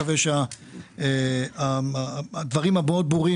אני חושב שעסקינן לא רק בסינרג'י,